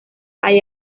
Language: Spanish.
hay